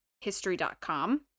history.com